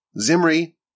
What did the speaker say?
Zimri